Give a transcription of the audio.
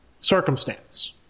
circumstance